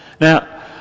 Now